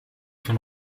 von